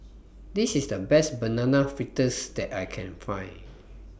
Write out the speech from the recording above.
This IS The Best Banana Fritters that I Can Find